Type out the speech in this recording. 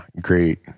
Great